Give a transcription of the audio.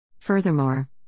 Furthermore